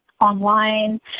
online